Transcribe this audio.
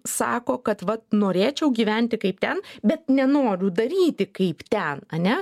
sako kad vat norėčiau gyventi kaip ten bet nenoriu daryti kaip ten ane